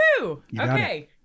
Okay